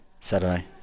Saturday